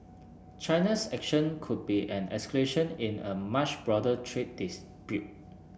China's action could be an escalation in a much broader trade dispute